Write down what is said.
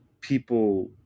people